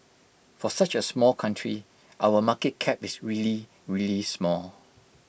for such A small country our market cap is really really small